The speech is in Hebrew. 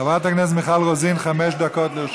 חברת הכנסת מיכל רוזין, חמש דקות לרשותך.